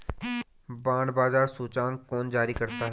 Bond बाजार सूचकांक कौन जारी करता है?